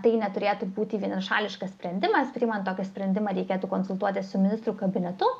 tai neturėtų būti vienašališkas sprendimas priimant tokį sprendimą reikėtų konsultuotis su ministrų kabinetu